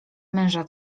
męża